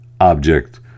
object